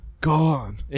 gone